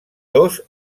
dos